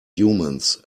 humans